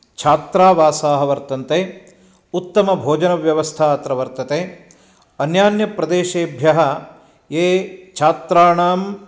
छात्रावासाः वर्तन्ते उत्तमभोजनव्यवस्था अत्र वर्तते अन्यान्यप्रदेशेभ्यः ये छात्राणां